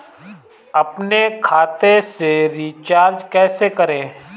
अपने खाते से रिचार्ज कैसे करें?